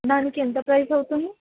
దానికి ఎంత ప్రైజ్ అవుతుంది